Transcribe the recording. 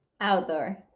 Outdoor